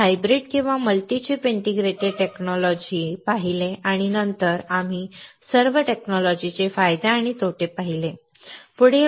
आम्ही हायब्रिड किंवा multi chip integrated circuit technology पाहिले आणि नंतर आम्ही सर्व तंत्रज्ञानाचे फायदे आणि तोटे पाहिले